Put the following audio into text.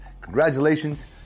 Congratulations